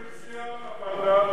בעד,